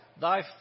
Thy